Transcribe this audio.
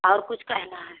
और कुछ कहना है